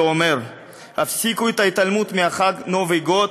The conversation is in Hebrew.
ואומר: הפסיקו את ההתעלמות מהנובי גוד,